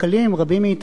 רבים מאתנו,